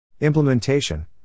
Implementation